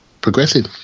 progressive